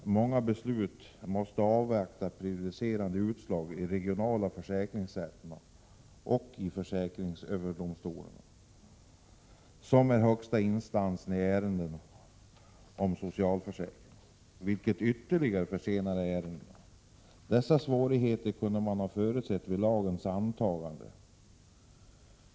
I många fall måste man avvakta prejudicerande utslag i de regionala försäkringsrätterna och försäkringsöverdomstolen, som är högsta instans i ärenden om socialförsäkringar, och det försenar ärendena ytterligare. Dessa svårigheter kunde man ha förutsett vid lagens antagande.